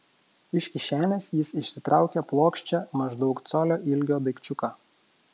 iš kišenės jis išsitraukė plokščią maždaug colio ilgio daikčiuką